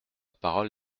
parole